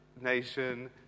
nation